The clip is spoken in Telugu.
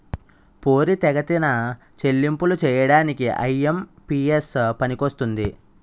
పోరితెగతిన చెల్లింపులు చేయడానికి ఐ.ఎం.పి.ఎస్ పనికొస్తుంది